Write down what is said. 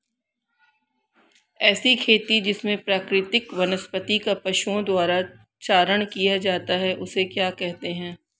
ऐसी खेती जिसमें प्राकृतिक वनस्पति का पशुओं द्वारा चारण किया जाता है उसे क्या कहते हैं?